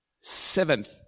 Seventh